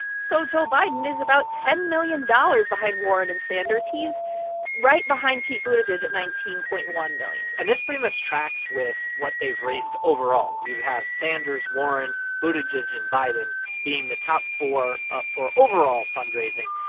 so joe biden is about ten million dollars behind warren and sanders. he's right behind pete buttigieg at nineteen point one dollars million and this pretty much tracks with what they've raised overall. you have sanders, warren, buttigieg and biden being the top four ah for overall fundraising.